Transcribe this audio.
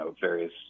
various